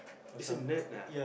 it's a nerd ah